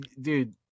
dude